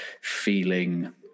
feeling